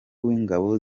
w’ingabo